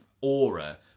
aura